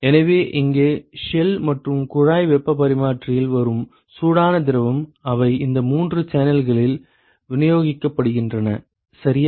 எனவே இங்கே ஷெல் மற்றும் குழாய் வெப்பப் பரிமாற்றியில் வரும் சூடான திரவம் அவை இந்த மூன்று சேனல்களில் விநியோகிக்கப்படுகின்றன சரியா